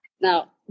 now